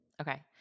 Okay